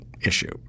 issue